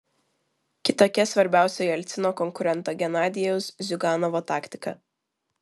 kitokia svarbiausio jelcino konkurento genadijaus ziuganovo taktika